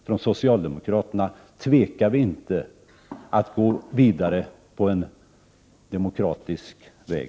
Från socialdemokraterna tvekar vi inte att gå vidare på demokratisk väg.